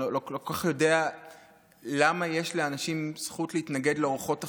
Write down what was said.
אני לא כל כך יודע למה יש לאנשים זכות להתנגד לארוחות החיים.